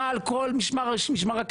מה על כול משמר הכנסת,